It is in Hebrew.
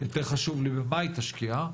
יותר חשוב לי במה היא תשקיע,